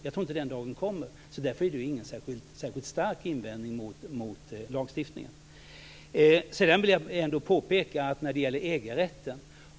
Jag tror inte att den dagen kommer. Därför är detta inte någon särskilt stark invändning mot lagstiftningen. Sedan vill jag ändå påpeka följande när det gäller EG-rätten.